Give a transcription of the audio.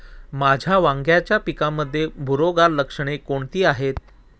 माझ्या वांग्याच्या पिकामध्ये बुरोगाल लक्षणे कोणती आहेत?